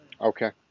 Okay